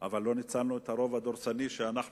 אבל לא ניצלנו את הרוב הדורסני כשאנחנו